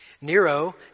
Nero